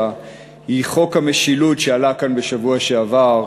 היא חוק המשילות שעלה כאן בשבוע שעבר,